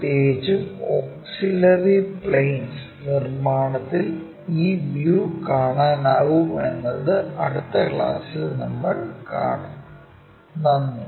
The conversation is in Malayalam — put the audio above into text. പ്രത്യേകിച്ചും ഓക്സിലറി പ്ലെയിൻസ് നിർമ്മാണത്തിൽ ഈ വ്യൂ കാണാനാകും എന്നത് അടുത്ത ക്ലാസിൽ നമ്മൾ കാണും